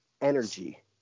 energy